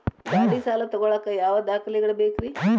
ಗಾಡಿ ಸಾಲ ತಗೋಳಾಕ ಯಾವ ದಾಖಲೆಗಳ ಬೇಕ್ರಿ?